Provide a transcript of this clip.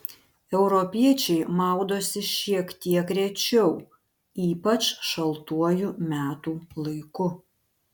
europiečiai maudosi šiek tiek rečiau ypač šaltuoju metų laiku